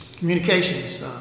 Communications